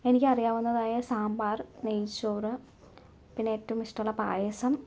എനിക്കറിയാവുന്നതായ സാമ്പാർ നെയ്ച്ചോറ് പിന്നെ ഏറ്റവും ഇഷ്ടമുള്ള പായസം